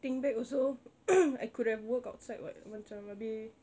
think back also I could have worked outside [what] macam maybe